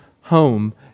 home